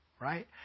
right